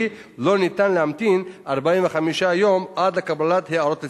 ולא ניתן להמתין 45 ימים עד לקבלת הערות הציבור.